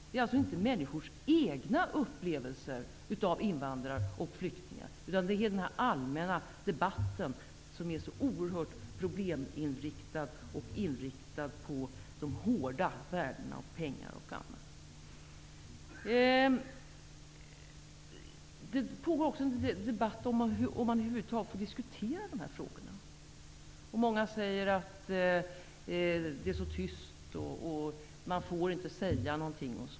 Det är inte människors egna erfarenheter av invandrare och flyktingar utan den allmänna debatten, som är så oerhört inriktad på problem och ''hårda'' värden, såsom pengar, som slår igenom. Det pågår också en debatt om huruvida man över huvud taget får diskutera dessa frågor. Många säger att det är tyst och att man inte får säga något.